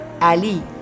Ali